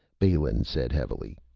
balin said heavily,